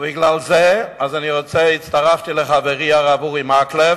בגלל זה הצטרפתי לחברי הרב אורי מקלב,